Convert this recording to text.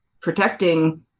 protecting